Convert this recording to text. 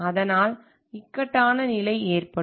அதனால் இக்கட்டான நிலை ஏற்படும்